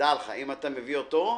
"דע לך, אם אתה מביא מישהו אחר,